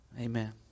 Amen